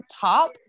top